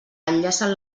enllacen